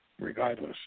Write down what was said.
Regardless